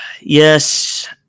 Yes